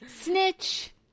snitch